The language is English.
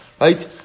right